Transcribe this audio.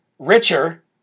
Richer